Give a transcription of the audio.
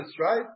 right